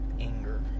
anger